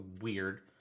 weird